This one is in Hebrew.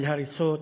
על הריסות,